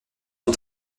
son